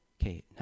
Okay